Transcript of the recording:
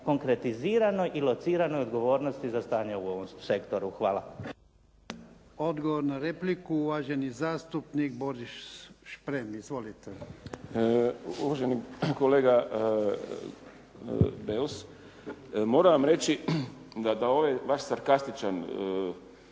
konkretiziranoj i lociranoj odgovornosti za stanje u ovom sektoru. Hvala. **Jarnjak, Ivan (HDZ)** Odgovor na repliku, uvaženi zastupnik Boris Šprem. Izvolite. **Šprem, Boris (SDP)** Uvaženi kolega Beus, moram vam reći da ovaj vaš sarkastičan, repliku